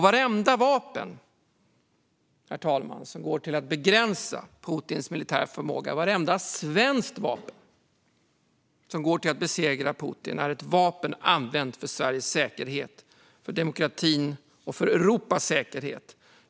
Vartenda vapen som går till att begränsa Putins militära förmåga och vartenda svenskt vapen som går till att besegra Putin är ett vapen använt för Sveriges säkerhet, demokratin och Europas säkerhet.